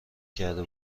کرده